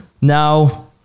Now